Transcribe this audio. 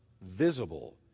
visible